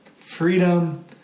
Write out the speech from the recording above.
freedom